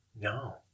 No